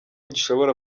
gishobora